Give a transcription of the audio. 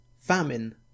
famine